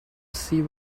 see